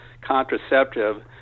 contraceptive